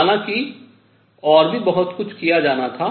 हालांकि और भी बहुत कुछ किया जाना था